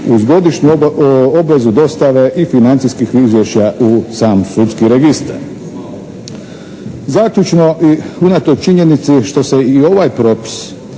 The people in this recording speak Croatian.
uz godišnju obvezu dostave i financijskih izvješća u sam sudski registar. Zaključno i unatoč činjenici što se i ovaj propis